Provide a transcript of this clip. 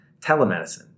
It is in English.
telemedicine